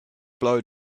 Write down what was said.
blow